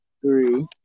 Three